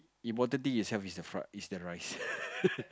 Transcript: important thing to have is the rice